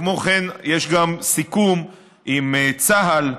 כמו כן, יש סיכום עם צה"ל,